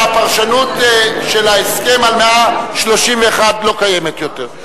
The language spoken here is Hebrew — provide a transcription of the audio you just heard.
הפרשנות של ההסכם על סעיף 131 לא קיימת יותר.